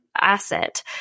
asset